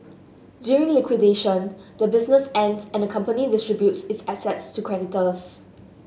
during liquidation the business ends and the company distributes its assets to creditors